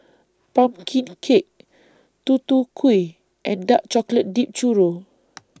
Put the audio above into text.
Pumpkin Cake Tutu Kueh and Dark Chocolate Dipped Churro